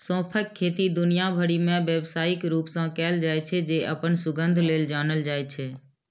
सौंंफक खेती दुनिया भरि मे व्यावसायिक रूप सं कैल जाइ छै, जे अपन सुगंध लेल जानल जाइ छै